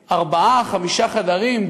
ארבעה, חמישה חדרים?